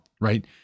right